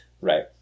Right